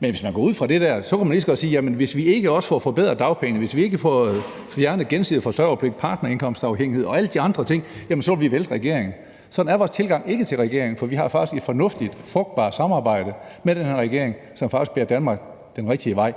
Men hvis man går ud fra det der, kunne man lige så godt sige: Jamen hvis vi ikke også får forbedret dagpengene, hvis vi ikke får fjernet gensidig forsørgerpligt, partnerindkomstafhængighed og alle de andre ting, så vil vi vælte regeringen. Sådan er vores tilgang ikke til regeringen, for vi har faktisk et fornuftigt og frugtbart samarbejde med den her regering, som bærer Danmark den rigtige vej.